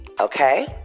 Okay